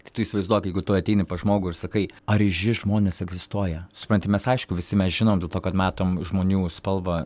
tu įsivaizduok jeigu tu ateini pas žmogų ir sakai ar ryži žmonės egzistuoja supranti mes aišku visi mes žinom dėl to kad matom žmonių spalvą